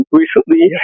recently